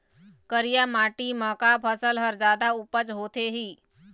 करिया माटी म का फसल हर जादा उपज होथे ही?